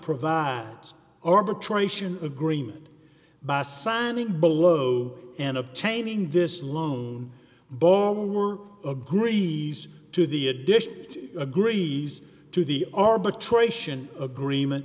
provide arbitration agreement by signing bolo and obtaining this loan but all were agrees to the addition agrees to the arbitration agreement